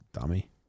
Dummy